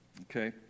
okay